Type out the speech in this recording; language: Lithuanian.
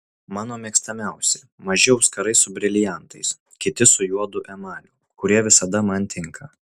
mano mėgstamiausi maži auskarai su briliantais kiti su juodu emaliu kurie visada man tinka